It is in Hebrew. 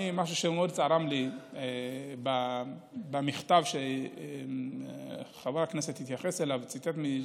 משהו שמאוד צרם לי במכתב שחבר הכנסת התייחס אליו וציטט ממנו,